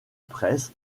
press